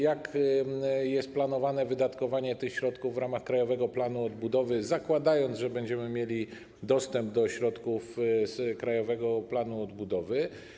Jak jest planowane wydatkowanie tych środków w ramach Krajowego Planu Odbudowy, zakładając, że będziemy mieli dostęp do środków z Krajowego Planu Odbudowy?